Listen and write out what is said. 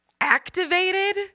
activated